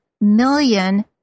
million